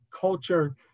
culture